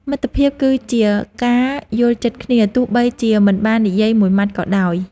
មិត្តភាពគឺជាការយល់ចិត្តគ្នា ទោះបីជាមិនបាននិយាយមួយម៉ាត់ក៏ដោយ។